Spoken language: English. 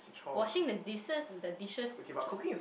washing the dises the dishes is a chore